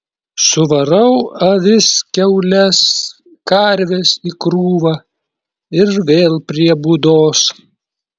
suvarau avis kiaules karves į krūvą ir vėl prie būdos